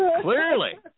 Clearly